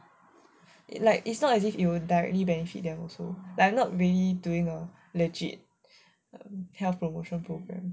it like it's not as if it will directly benefit them also like not really doing a legit health promotion programme